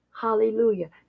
hallelujah